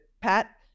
pat